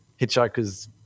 Hitchhikers